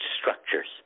structures